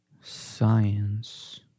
science